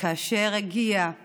וכאשר הגיעה